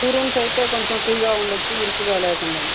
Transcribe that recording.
two rooms అయితే కొంచం free గా ఉండొచ్చు ఇరుకుగా లేకుండా అని